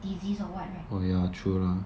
disease or what right